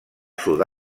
sud